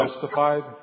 justified